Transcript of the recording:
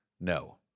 No